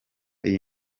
iyi